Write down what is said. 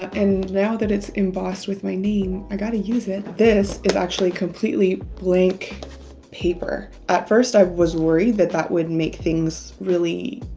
and now that it's embossed with my name, i gotta use it. this is actually completely blank paper. at first, i was worried that that would make things really.